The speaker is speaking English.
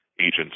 agents